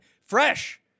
fresh